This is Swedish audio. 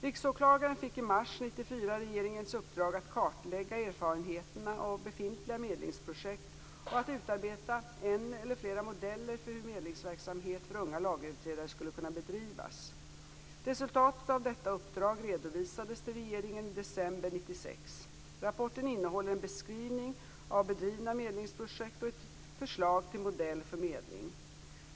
Riksåklagaren fick i mars 1994 regeringens uppdrag att kartlägga erfarenheterna av befintliga medlingsprojekt och att utarbeta en eller flera modeller för hur medlingsverksamhet för unga lagöverträdare skulle kunna bedrivas. Resultatet av detta uppdrag redovisades till regeringen i december 1996. Rapporten innehåller en beskrivning av bedrivna medlingsprojekt och ett förslag till modell för medling.